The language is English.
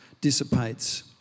dissipates